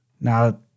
Now